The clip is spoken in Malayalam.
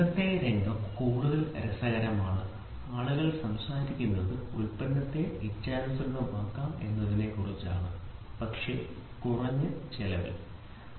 ഇന്നത്തെ രംഗം കൂടുതൽ രസകരമാണ് ആളുകൾ സംസാരിക്കുന്നത് ഉൽപ്പന്നത്തെ ഇച്ഛാനുസൃതമാക്കാം പക്ഷേ കുറഞ്ഞ സാമ്പത്തിക വിലയ്ക്ക്